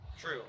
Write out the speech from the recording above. true